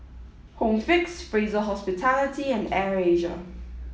home Fix Fraser Hospitality and Air Asia